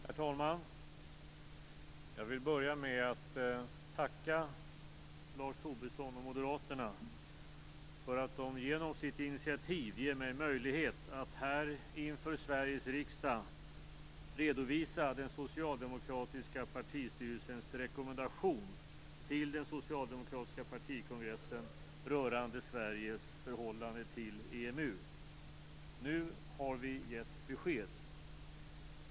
Herr talman! Jag vill börja med att tacka Lars Tobisson och Moderaterna för att de genom sitt initiativ ger mig möjlighet att här inför Sveriges riksdag redovisa den socialdemokratiska partistyrelsens rekommendation till den socialdemokratiska partikongressen rörande Sveriges förhållande till EMU. Nu har vi gett besked.